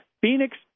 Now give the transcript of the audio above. Phoenix